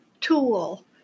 tool